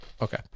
Okay